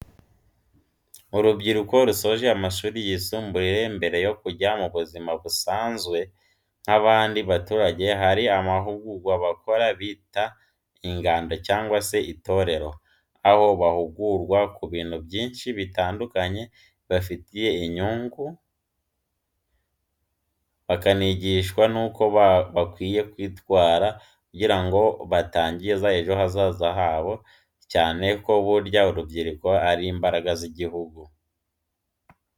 Urubyiruko rusoje amashuri y'isumbuye mbere yo kujya mu buzima busanzwe nk'abandi baturage, hari amahugurwa bakora bita ingando cyngwa se itorero, aho bahugurwa ku bintu byinshi bitandukanye bibafitiye inyungu nbakanigishwa nuko bakwiye kwitwara kugira ngo batangiza ejo hazaza habo cyane ko burya urubyiruko ari imbaraga z'igihugu.